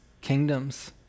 kingdoms